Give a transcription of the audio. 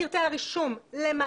להעביר לפקיד הרישום כל החלטה או כל